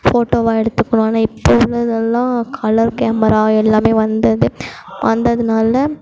ஃபோட்டோவாக எடுத்துக்கணும் ஆனால் இப்போ உள்ளது எல்லாம் கலர் கேமரா எல்லாம் வந்தது வந்ததினால